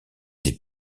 des